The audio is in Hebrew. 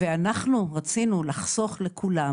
אנחנו רצינו לחסוך לכולם